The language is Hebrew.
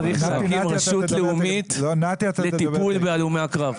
צריך להקים רשות לאומית לטיפול בהלומי קרב.